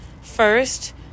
first